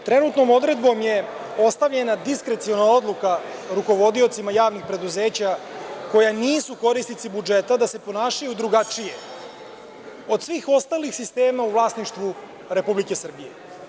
Trenutnom odredbom je ostavljena diskreciona odluka rukovodiocima javnih preduzeća koja nisu korisnici budžeta da se ponašaju drugačije od svih ostalih sistema u vlasništvu Republike Srbije.